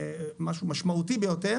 משהו משמעותי ביותר,